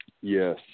Yes